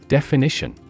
Definition